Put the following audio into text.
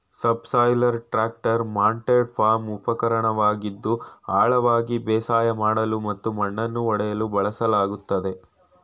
subsoiler tractor mounted farm ಉಪಕರಣವಾಗಿದ್ದು ಆಳವಾಗಿ ಬೇಸಾಯ ಮಾಡಲು ಮತ್ತು ಮಣ್ಣನ್ನು ಒಡೆಯಲು ಬಳಸಲಾಗ್ತದೆ